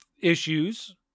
issues